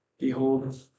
Behold